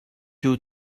you